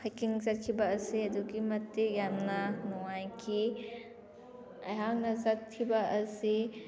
ꯍꯥꯏꯀꯤꯡ ꯆꯠꯈꯤꯕ ꯑꯁꯤ ꯑꯗꯨꯛꯀꯤ ꯃꯇꯤꯛ ꯌꯥꯝꯅ ꯅꯨꯡꯉꯥꯏꯈꯤ ꯑꯩꯍꯥꯛꯅ ꯆꯠꯈꯤꯕ ꯑꯁꯤ